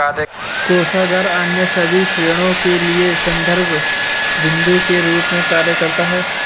कोषागार अन्य सभी ऋणों के लिए संदर्भ बिन्दु के रूप में कार्य करता है